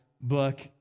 book